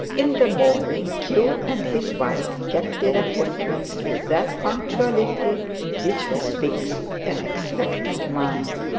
in the morning, q and his wife kept their appointments with that punctuality which bespeaks an expectant mind.